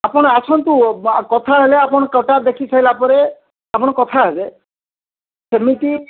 ଆପଣ ଆସନ୍ତୁ ବା କଥା ହେଲେ କଟା ଦେଖିସାରିଲା ପରେ ଆପଣ କଥାହେବେ କେମିତି